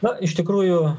na iš tikrųjų